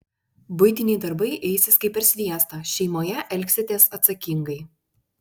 buitiniai darbai eisis kaip per sviestą šeimoje elgsitės atsakingai